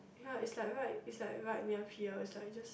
ya like it's like right it's like right near here it's like this